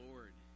Lord